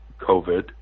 COVID